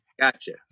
Gotcha